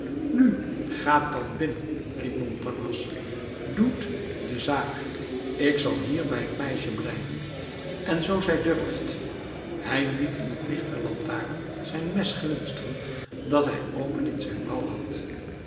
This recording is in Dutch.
nu gaat dan binnen riep montparnasse doet de zaak ik zal hier bij het meisje blijven en zoo zij durft hij liet in het licht der lantaarn zijn mes glinsteren dat hij open in zijn mouw had